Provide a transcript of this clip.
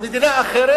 בשביל מדינה אחרת,